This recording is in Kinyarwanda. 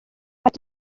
ati